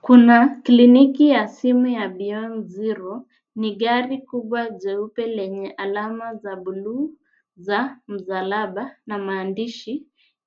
Kuna kliniki ya simu ya Beyond Zero ni gari kubwa jeupe lenye alama za buluu za msalaba na maandishi